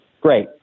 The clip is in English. Great